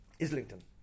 Islington